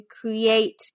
create